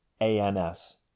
ANS